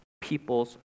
people's